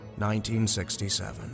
1967